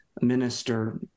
minister